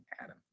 Adam